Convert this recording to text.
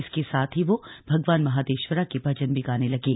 इसके साथ ही वो भगवान महादेश्वरा के भजन भी गाने लगे